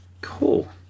cool